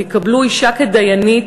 יקבלו אישה כדיינית,